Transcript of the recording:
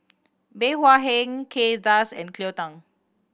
Bey Hua Heng Kay Das and Cleo Thang